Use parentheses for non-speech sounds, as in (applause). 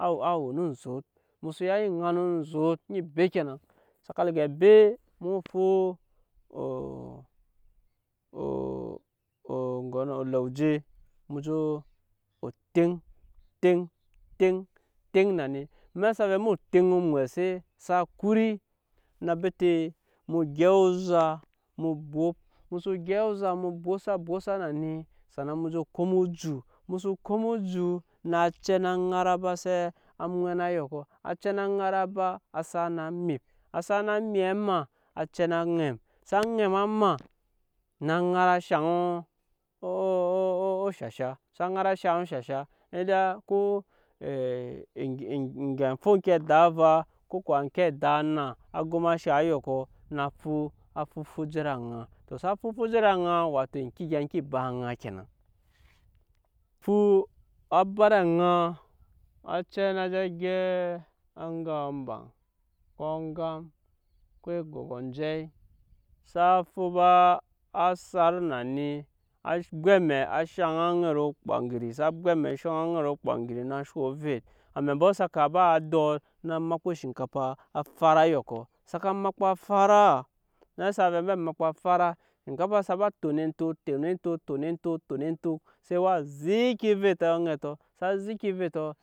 (hesitation) emu so ya eni ŋanu uzoot eni be ke nan saka liga bee muo fu (hesitation) olooje mu jo o teŋ teŋ teŋ na ni amɛk sa vɛɛ mu teŋ mu mwɛse sa kuri na bete mu gyɛp ozaa bwop emu so gyɛp ozaa bwosa bwosa na ni sa a nan mu je kom oju mu so kom oju na acɛ ŋara ba seya á mwɛna eyɔkɔ acɛ na ŋara ba asak na mip asak na mip á maa acɛ na ŋɛm sa ŋɛm á maa na ŋara shaŋ (hesitation) oshasha sa ŋara shaŋ oshasha aida ko (hesitation) egya fo eŋke adak ava ko kuwa eŋke adak anna á gɔm á shaŋ eyɔkɔ na fo na fo fo je ed'aŋa sa fo fo je ed'aŋa wato eŋke egya eŋke ba ed'aŋa kenan. fu á ba ed'aŋa acɛɛ na zɛ gyɛp aŋga ombaŋ ko agam (unintelligible) sa fu ba á sat na ni á bwɛ amɛ á shaŋ aŋɛt ogbaŋgiri saa fu amɛ shaŋ aŋɛt ogbaŋgiri na shaŋ ovet amɛ mbɔ saka ba dɔt na makpa oshinkafa á fara eyɔkɔ saka makpa faraa amɛk sa vɛɛ embe makpa fara oshinkafaa saka ba tona entok tona entok tona entok tona entok se waa zeki ovetɔ aŋɛtɔ sa zeki ovetɔ.